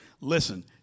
Listen